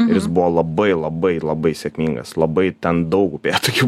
jis buvo labai labai labai sėkmingas labai ten daug upėtakių